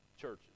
churches